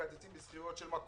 מקצצים בשכירויות,